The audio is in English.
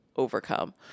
Overcome